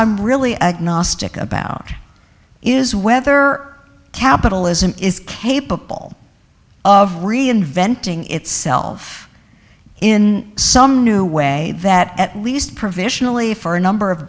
i'm really agnostic about is whether capitalism is capable of reinventing itself in some new way that at least provisionally for a number of